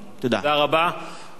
חבר הכנסת גנאים, רציתי לומר לך מלה.